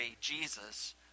Jesus